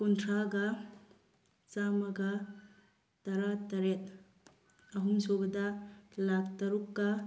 ꯀꯨꯟꯊ꯭ꯔꯥꯒ ꯆꯥꯝꯃꯒ ꯇꯔꯥꯇꯔꯦꯠ ꯑꯍꯨꯝꯁꯨꯕꯗ ꯂꯥꯈ ꯇꯔꯨꯛꯀ